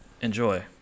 enjoy